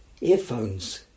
earphones